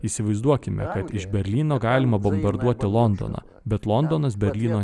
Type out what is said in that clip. įsivaizduokime kad iš berlyno galima bombarduoti londoną bet londonas berlyno